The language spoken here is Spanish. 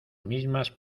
mismas